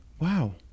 Wow